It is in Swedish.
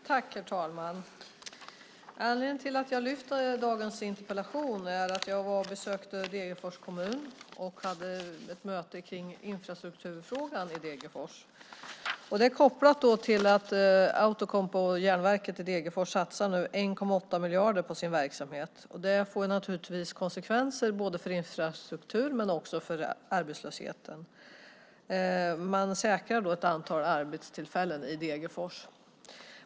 Herr talman! Anledningen till att jag lyfte upp dagens interpellation är att jag var och besökte Degerfors kommun. Jag var på ett möte om infrastrukturfrågan i Degerfors. Det kan kopplas till att Outokumpu, järnverket i Degerfors, satsar 1,8 miljarder på sin verksamhet. Det får naturligtvis konsekvenser för infrastrukturen och även för arbetslösheten. Man säkrar ett antal arbetstillfällen i Degerfors.